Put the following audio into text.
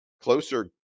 closer